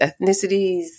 ethnicities